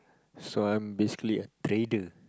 so I'm basically a trader